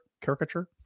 caricature